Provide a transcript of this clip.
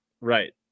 Right